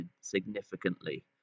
significantly